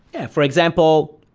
yeah. for example,